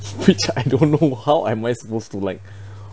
which I don't know how am I supposed to like